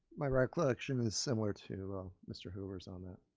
my recollection is similar to mr. hoover's on that.